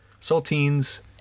Saltines